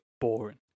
boring